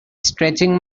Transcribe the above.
stretching